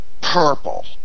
purple